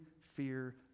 fear